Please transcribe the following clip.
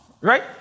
Right